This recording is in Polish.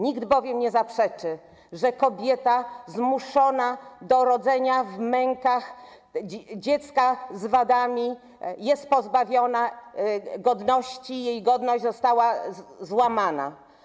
Nikt bowiem nie zaprzeczy, że kobieta zmuszona do rodzenia w mękach dziecka z wadami jest pozbawiona godności, jej godność została złamana.